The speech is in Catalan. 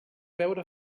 veure